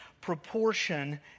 proportion